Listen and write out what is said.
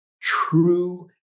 true